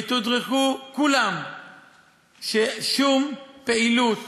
יתודרכו כולם ששום פעילות,